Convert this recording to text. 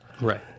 Right